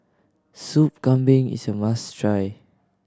Soup Kambing is a must try